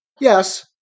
Yes